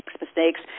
mistakes